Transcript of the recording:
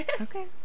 Okay